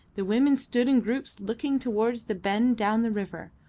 the women stood in groups looking towards the bend down the river.